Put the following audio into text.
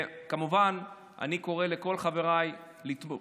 כמובן אני קורא לכל חבריי לתמוך